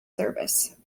service